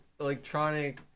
electronic